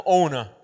owner